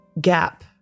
gap